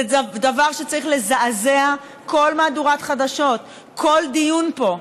זה דבר שצריך לזעזע כל מהדורת חדשות, כל דיון פה.